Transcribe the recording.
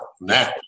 now